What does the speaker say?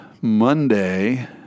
Monday